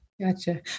Gotcha